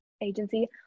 agency